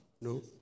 No